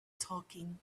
talking